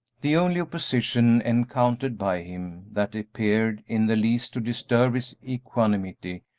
the only opposition encountered by him that appeared in the least to disturb his equanimity,